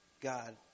God